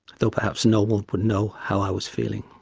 though perhaps no one would know how i was feeling.